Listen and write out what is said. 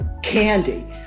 Candy